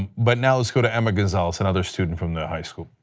but now let's go to emma gonzales, another student from the high school.